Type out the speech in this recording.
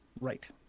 Right